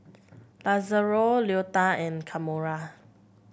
Lazaro Leota and Kamora